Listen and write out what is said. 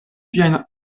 viajn